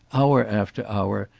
hour after hour,